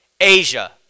Asia